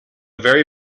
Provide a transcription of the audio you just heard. very